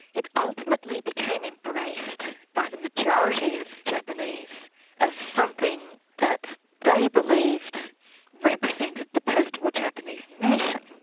it ultimately became embraced by the majority of japanese as something that they believed represented the post war japanese nation,